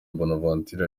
bonaventure